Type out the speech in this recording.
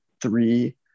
three